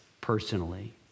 personally